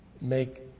make